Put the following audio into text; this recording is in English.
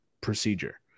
procedure